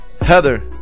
Heather